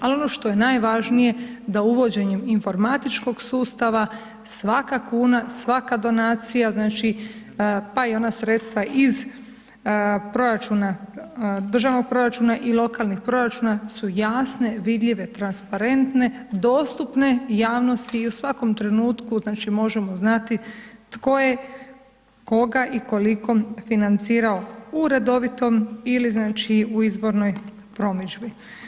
Ali ono što je najvažnije da uvođenjem informatičkog sustava, svaka kuna, svaka donacija znači, pa i ona sredstva iz proračuna, državnog proračuna i lokalnih proračuna su jasne, vidljive, transparentne, dostupne javnosti i u svakom trenutku znači možemo znati tko je koga i koliko financirao u redovitom ili znači u izbornoj promidžbi.